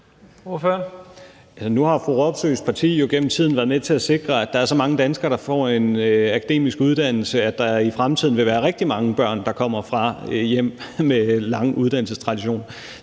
Nu har fru Katrine Robsøes parti jo gennem tiden været med til at sikre, at der er så mange danskere, der får en akademisk uddannelse, at der i fremtiden vil være rigtig mange børn, der kommer fra hjem med lang uddannelsestradition.